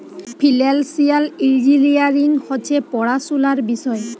financial engineering হছে পড়াশুলার বিষয়